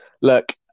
Look